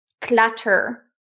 clatter